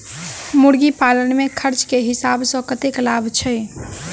मुर्गी पालन मे खर्च केँ हिसाब सऽ कतेक लाभ छैय?